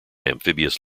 amphibious